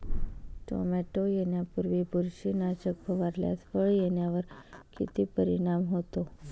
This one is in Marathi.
टोमॅटो येण्यापूर्वी बुरशीनाशक फवारल्यास फळ येण्यावर किती परिणाम होतो?